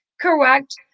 correct